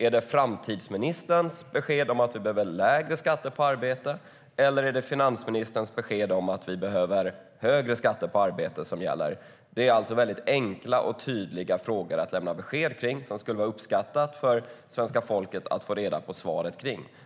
Är det framtidsministerns besked att vi behöver lägre skatter på arbete som gäller, eller är det finansministerns besked att vi behöver högre skatter på arbete? Det är alltså väldigt enkla och tydliga frågor att lämna besked om, och svenska folket skulle uppskatta att få reda på svaret.